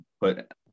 put